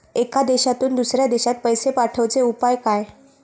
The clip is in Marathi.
एका देशातून दुसऱ्या देशात पैसे पाठवचे उपाय काय?